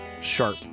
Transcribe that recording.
sharp